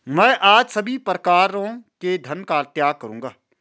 मैं आज सभी प्रकारों के धन का त्याग करूंगा